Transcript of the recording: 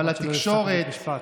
תודה רבה.